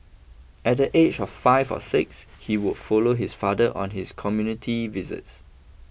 at the age of five or six he would follow his father on his community visits